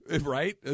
right